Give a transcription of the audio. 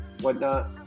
whatnot